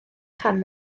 can